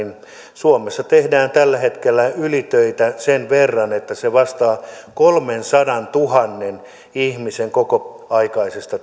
suomessa tehdään tällä hetkellä ylitöitä sen verran että se vastaa kolmensadantuhannen ihmisen kokoaikaista